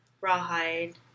rawhide